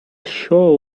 show